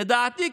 לדעתי,